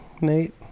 Nate